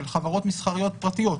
של חברות מסחריות פרטיות,